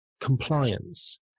compliance